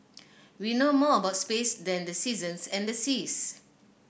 we know more about space than the seasons and the seas